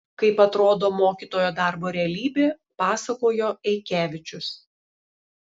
kaip atrodo mokytojo darbo realybė pasakojo eikevičius